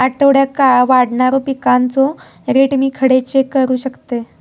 आठवड्याक वाढणारो पिकांचो रेट मी खडे चेक करू शकतय?